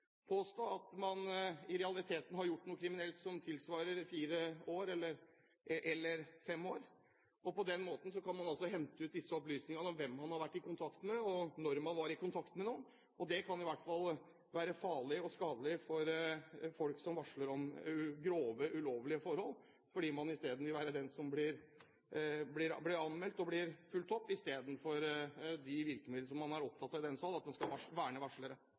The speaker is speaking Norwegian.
påstå at folk som er varslere, har gjort noe kriminelt, som tilsvarer fire eller fem år, og på den måten kan man hente ut opplysninger om hvem man har vært i kontakt med, og når man var i kontakt med dem. Det kan i hvert fall være farlig og skadelig for folk som varsler om grove, ulovlige forhold, fordi det er de som vil bli anmeldt og fulgt opp, istedenfor at de virkemidlene som man er opptatt av i denne sal ivaretas, nemlig at man skal verne varslere.